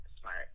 smart